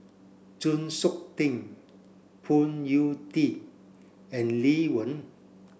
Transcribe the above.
Chng Seok Tin Phoon Yew Tien and Lee Wen